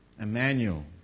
Emmanuel